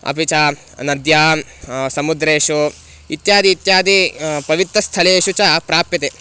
अपि च नद्यां समुद्रेषु इत्यादिषु इत्यादिषु पवित्रस्थलेषु च प्राप्यन्ते